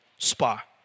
Spa